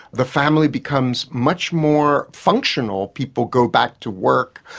the family becomes much more functional people go back to work,